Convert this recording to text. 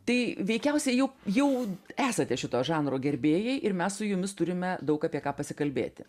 tai veikiausiai jau jau esate šito žanro gerbėjai ir mes su jumis turime daug apie ką pasikalbėti